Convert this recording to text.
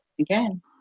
again